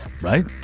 Right